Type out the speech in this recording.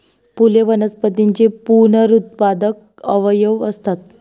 फुले वनस्पतींचे पुनरुत्पादक अवयव असतात